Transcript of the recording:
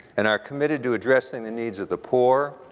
and are committed to addressing the needs of the poor,